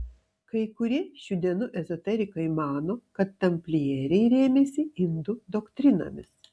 kai kurie šių dienų ezoterikai mano kad tamplieriai rėmėsi indų doktrinomis